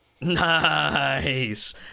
Nice